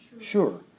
sure